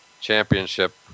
championship